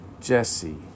Jesse